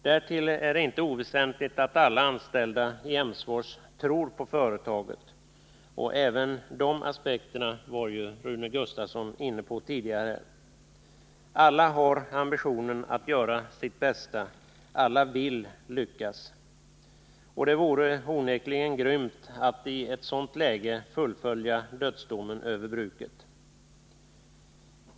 Därtill är det inte oväsentligt att alla anställda i Emsfors tror på företaget. Även den aspekten var Rune Gustavsson inne på tidigare. Alla har ambitionen att göra sitt bästa — alla vill lyckas. Det vore onekligen grymt att i ett sådant läge fullfölja dödsdomen över bruket.